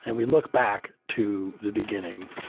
and we look back to the beginning.